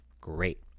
great